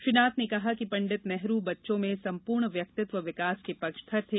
श्री नाथ ने कहा कि पंडित नेहरू बच्चों में संपूर्ण व्यक्तित्व विकास के पक्षधर थे